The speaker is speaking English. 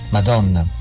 Madonna